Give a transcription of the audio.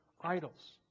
idols